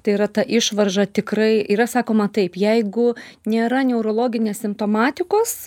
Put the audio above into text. tai yra ta išvarža tikrai yra sakoma taip jeigu nėra neurologinės simptomatikos